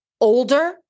older